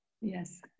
yes